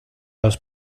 los